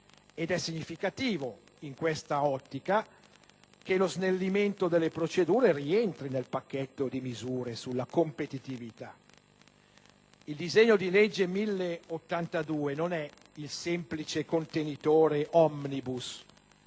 ed è significativo, in quest'ottica, che lo snellimento delle procedure rientri nel pacchetto di misure sulla competitività. Il disegno di legge n. 1082 non è il semplice contenitore *omnibus*